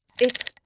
It's-